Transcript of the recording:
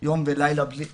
יום ולילה בלי..